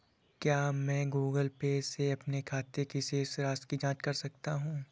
क्या मैं Google Pay से अपने खाते की शेष राशि की जाँच कर सकता हूँ?